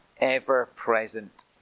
ever-present